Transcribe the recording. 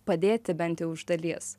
padėti bent jau iš dalies